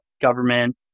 government